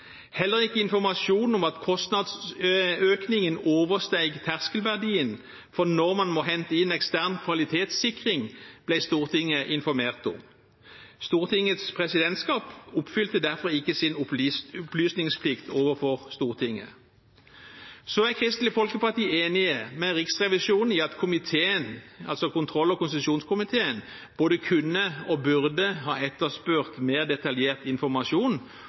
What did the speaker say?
Heller ikke informasjon om at kostnadsøkningen oversteg terskelverdien for når man må hente inn ekstern kvalitetssikring, ble Stortinget informert om. Stortingets presidentskap oppfylte derfor ikke sin opplysningsplikt overfor Stortinget. Så er Kristelig Folkeparti enig med Riksrevisjonen i at kontroll- og konstitusjonskomiteen både kunne og burde ha etterspurt mer detaljert informasjon